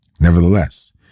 Nevertheless